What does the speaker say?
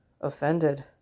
offended